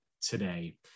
today